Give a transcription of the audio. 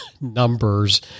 numbers